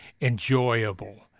enjoyable